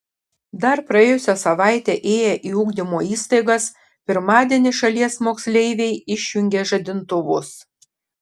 dar praėjusią savaitę ėję į ugdymo įstaigas pirmadienį šalies moksleiviai išjungė žadintuvus